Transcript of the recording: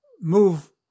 move